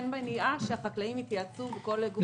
אין מניעה שהחקלאים יתייעצו בכל הגופים.